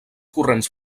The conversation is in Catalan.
corrents